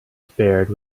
spared